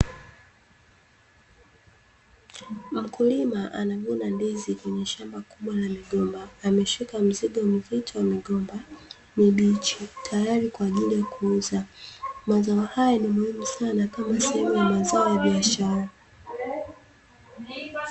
Mkulima anavuna ndizi kwenye shamba kubwa la migomba. Ameshika mzigo mzito wa migomba mibichi tayari kwa ajili ya kuuza. Mazao hayo ni muhimu sana kama sehemu ya mazao ya biashara.